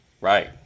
Right